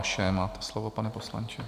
Máte slovo, pane poslanče.